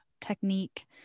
technique